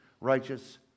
righteous